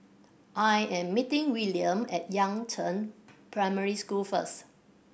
I am meeting Willaim at Yangzheng Primary School first